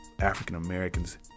African-Americans